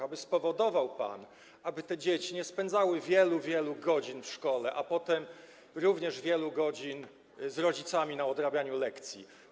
Aby spowodował pan, aby te dzieci nie spędzały wielu, wielu godzin w szkole, a potem również wielu godzin z rodzicami na odrabianiu lekcji.